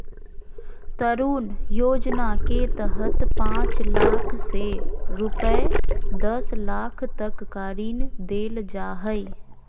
तरुण योजना के तहत पांच लाख से रूपये दस लाख तक का ऋण देल जा हइ